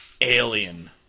Alien